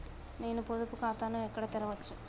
నేను పొదుపు ఖాతాను ఎక్కడ తెరవచ్చు?